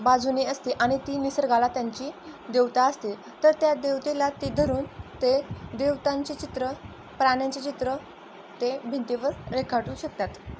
बाजूंनी असते आणि ती निसर्गाला त्यांची देवता असते तर त्या देवतेला ती धरून ते देवतांचे चित्र प्राण्यांचे चित्र ते भिंतीवर रेखाटू शकतात